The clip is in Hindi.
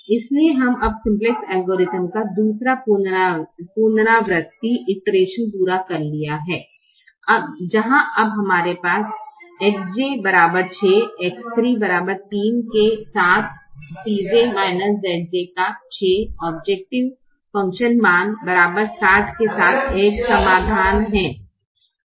इसलिए हम अब सिम्प्लेक्स एल्गोरिथ्म का दूसरा पुनरावृत्ति पूरा कर लिया है जहां अब हमारे पास X 1 6 X 3 3 के साथ Cj Zj 6 औब्जैकटिव फ़ंक्शन मान 60 के साथ एक समाधान है